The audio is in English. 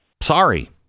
Sorry